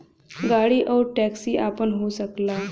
गाड़ी आउर टैक्सी आपन हो सकला